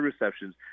receptions